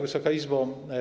Wysoka Izbo!